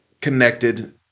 connected